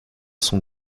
son